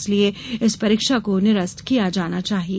इसलिये इस परीक्षा को निरस्त किया जाना चाहिये